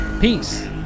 peace